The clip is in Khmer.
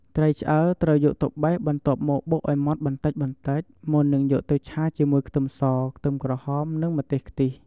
ត្រីឆ្អើរ ត្រូវយកទៅបេះបន្ទាប់មកបុកឱ្យម៉ត់បន្តិចៗ មុននឹងយកទៅឆាជាមួយខ្ទឹមស ខ្ទឹមក្រហម និងម្ទេសខ្ទិះ។